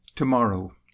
Tomorrow